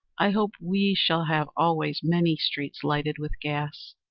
i hope we shall have always many streets lighted with gas,